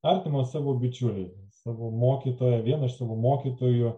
artimą savo bičiulį savo mokytoją vieną iš savo mokytojų